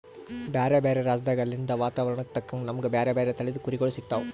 ಬ್ಯಾರೆ ಬ್ಯಾರೆ ರಾಜ್ಯದಾಗ್ ಅಲ್ಲಿಂದ್ ವಾತಾವರಣಕ್ಕ್ ತಕ್ಕಂಗ್ ನಮ್ಗ್ ಬ್ಯಾರೆ ಬ್ಯಾರೆ ತಳಿದ್ ಕುರಿಗೊಳ್ ಸಿಗ್ತಾವ್